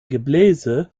gebläse